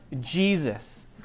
Jesus